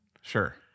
Sure